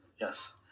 Yes